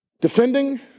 defending